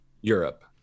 Europe